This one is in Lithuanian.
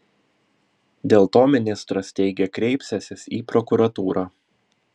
dėl to ministras teigė kreipsiąsis į prokuratūrą